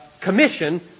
commission